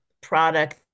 product